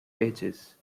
edges